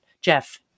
Jeff